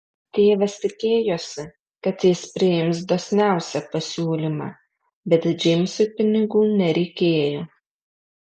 tėvas tikėjosi kad jis priims dosniausią pasiūlymą bet džeimsui pinigų nereikėjo